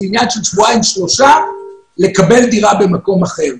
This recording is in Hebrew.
זה עניין של שבועיים-שלושה לקבל דירה במקום אחר,